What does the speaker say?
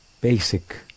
basic